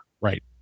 Right